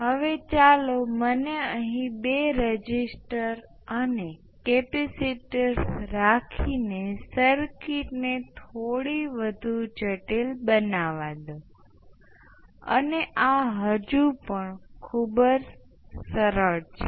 હવે t બરાબર 0 પહેલાં આ સ્વીચ શોર્ટ સર્કિટ થાય છે અને આ તમામ વિદ્યુત પ્રવાહ શોર્ટ સર્કિટમાં વહે છે અને આપણી પાસે અસરકારક રીતે આના જેવી સર્કિટ છે અને t બરાબર 0 પછી આપણી પાસે વિદ્યુત પ્રવાહનો સ્રોત છે જે આ બે સમાંતર શાખાઓને ચલાવે છે